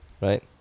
right